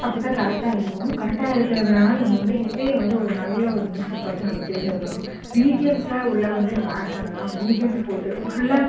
அப்போ தான் கரெக்டாக இருக்கும் கரெக்டாக இருக்கிறதுனால நம்ம வந்து இசையை வந்து ஒரு நல்ல ஒரு மியூசிக் பார்த்து நம்ம தேர்ந்தெடுக்கணும் பிஜிஎம்ஸ்லாம் உள்ள வந்து நம்ம ஆட் பண்ணலாம் பிஜிஎம்ஸ் போட்டு ஃபுல்லாக